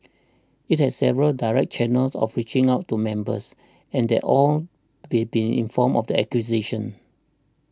it has several direct channels of reaching out to members and that all have been informed of the acquisition